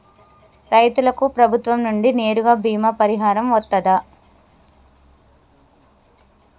రైతులకు ప్రభుత్వం నుండి నేరుగా బీమా పరిహారం వత్తదా?